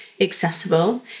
accessible